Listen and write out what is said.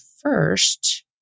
first